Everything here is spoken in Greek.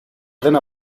δεν